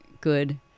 good